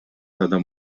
адам